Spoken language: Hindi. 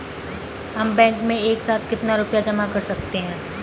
हम बैंक में एक साथ कितना रुपया जमा कर सकते हैं?